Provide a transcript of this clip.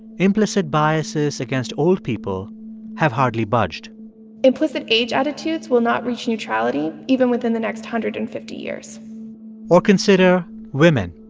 implicit biases against old people have hardly budged implicit age attitudes will not reach neutrality even within the next one hundred and fifty years or consider women.